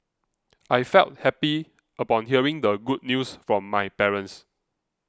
I felt happy upon hearing the good news from my parents